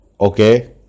Okay